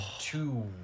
two